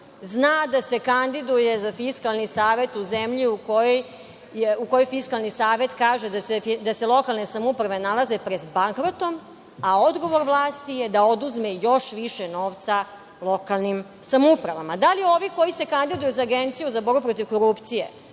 zna da se kandiduje za Fiskalni savet u zemlji u kojoj Fiskalni savet kaže da se lokalne samouprave nalaze pred bankrotom, a odgovor glasi – da oduzme još više novca lokalnim samoupravama. Da li ovi koji se kandiduju za Agenciju za borbu protiv korupcije